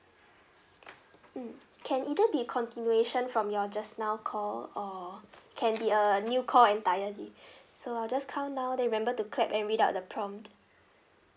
mm can either be continuation from your just now call or can be a new call entirely so I'll just count down then remember to clap and without the prompt